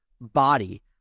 body